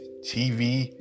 TV